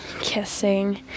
kissing